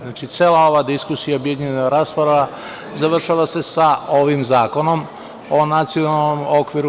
Znači, cela ova diskusija, objedinjena rasprava završava se sa ovim Zakonom o NOKS.